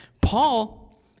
Paul